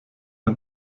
ein